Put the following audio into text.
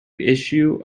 issue